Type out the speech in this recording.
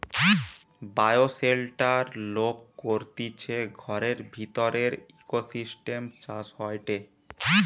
bioshelter লোক করতিছে ঘরের ভিতরের ইকোসিস্টেম চাষ হয়টে